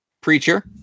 Preacher